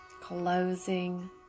closing